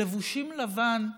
לבושים לבן,